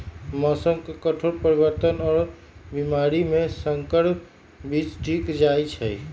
मौसम के कठोर परिवर्तन और बीमारी में संकर बीज टिक जाई छई